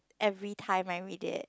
everytime I read it